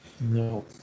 No